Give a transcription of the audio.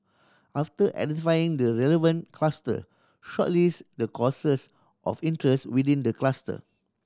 after identifying the relevant cluster shortlist the courses of interest within the cluster